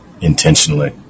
intentionally